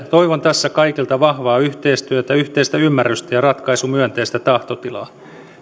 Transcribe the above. toivon tässä kaikilta vahvaa yhteistyötä yhteistä ymmärrystä ja ja ratkaisumyönteistä tahtotilaa